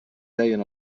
deien